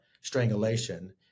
strangulation